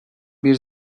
bir